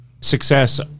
success